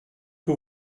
que